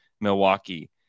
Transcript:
Milwaukee